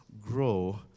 grow